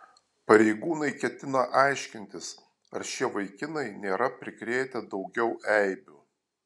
pareigūnai ketina aiškintis ar šie vaikinai nėra prikrėtę daugiau eibių